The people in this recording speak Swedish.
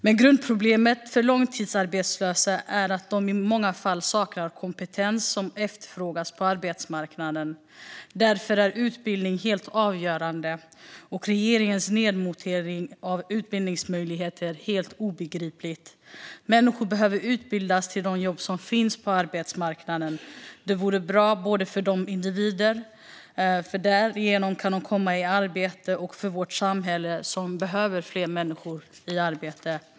Men grundproblemet för långtidsarbetslösa är att de i många fall saknar kompetens som efterfrågas på arbetsmarknaden. Därför är utbildning helt avgörande och regeringens nedmontering av utbildningsmöjligheter helt obegriplig. Människor behöver utbildas till de jobb som finns på arbetsmarknaden. Det vore bra för de individer som därigenom kan komma i arbete och vidare för vårt samhälle som behöver fler människor i arbete.